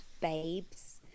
babes